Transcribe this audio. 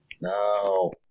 No